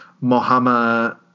Mohammed